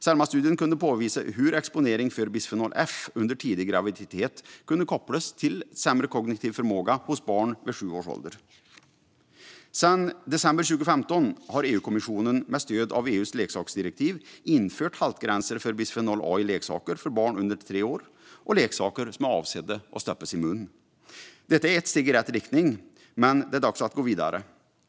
Selmastudien kunde påvisa hur exponering för bisfenol F under tidig graviditet kunde kopplas till sämre kognitiv förmåga hos barn vid sju års ålder. Sedan december 2015 har EU-kommissionen, med stöd av EU:s leksaksdirektiv, infört haltgränser för bisfenol A i leksaker för barn under tre år och leksaker som är avsedda att stoppas i munnen. Detta är ett steg i rätt riktning, men det är dags att gå vidare.